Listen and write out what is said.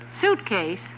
Suitcase